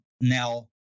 Now